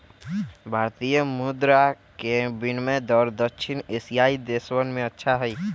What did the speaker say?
भारतीय मुद्र के विनियम दर दक्षिण एशियाई देशवन में अच्छा हई